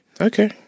Okay